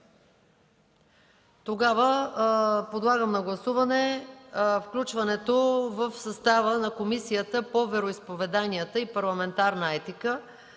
Тогава подлагам на гласуване включването в състава на Комисията по вероизповеданията и парламентарната етика